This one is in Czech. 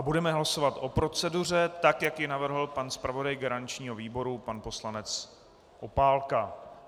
Budeme hlasovat o proceduře tak, jak ji navrhl pan zpravodaj garančního výboru, pan poslanec Opálka.